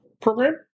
program